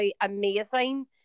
amazing